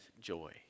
joy